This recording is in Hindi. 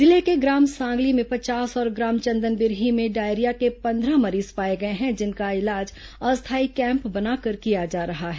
जिले के ग्राम सांगली में पचास और ग्राम चंदनबिरही में डायरिया के पंद्रह मरीज पाए गए हैं जिनका इलाज अस्थायी कैम्प बनाकर किया जा रहा है